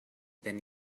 then